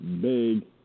big